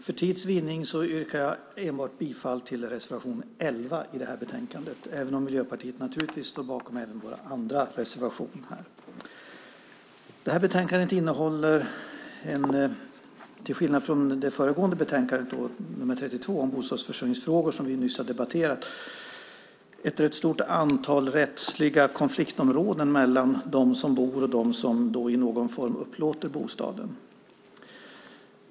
Herr talman! För tids vinnande yrkar jag enbart bifall till reservation 11 i betänkandet, även om Miljöpartiet naturligtvis står bakom också våra andra reservationer. Det här betänkandet innehåller till skillnad från det föregående betänkandet CU32, Bostadsförsörjningsfrågor , som vi nyss har debatterat, ett stort antal rättsliga konfliktområden mellan dem som bor och dem som i någon form upplåter bostaden.